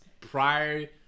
prior